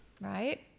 right